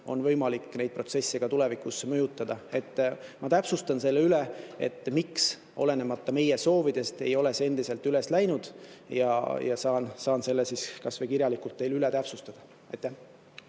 on võimalik neid protsesse ka tulevikus mõjutada. Ma täpsustan selle üle, et miks, olenemata meie soovidest, ei ole see endiselt üles läinud. Saan selle kas või kirjalikult teile üle täpsustada.